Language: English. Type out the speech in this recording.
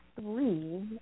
three